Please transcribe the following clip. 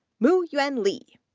muyuan li,